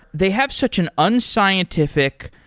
they have such an unscientific,